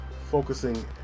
focusing